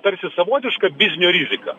tarsi savotiška biznio rizika